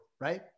right